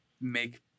make